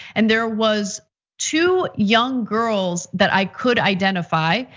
and there was two young girls that i could identify.